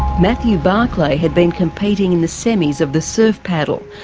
matthew barclay had been competing in the semis of the surf paddle.